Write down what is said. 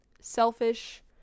Selfish